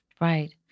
Right